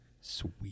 Sweet